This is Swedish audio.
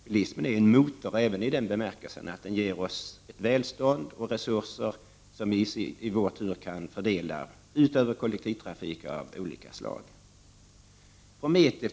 Bilismen är en motor även i den bemärkelsen att den ger oss ett välstånd och resurser, som vi sedan kan fördela på kollektivtrafik av olika slag.